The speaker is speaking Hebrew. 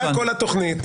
הוצגה כל התוכנית,